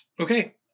Okay